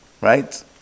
right